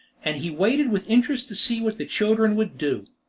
and he waited with interest to see what the children would do.